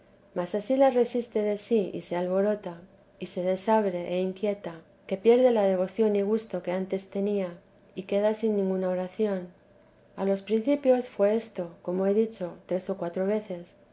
mas ansí la resiste de sí y se alborota y se desabre e inquieta que pierde la devoción y gusto que antes tenía y queda sin ninguna oración a los principios fué esto como he dicho tres o cuatro veces